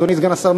אדוני סגן השר,